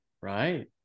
Right